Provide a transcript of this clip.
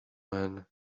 man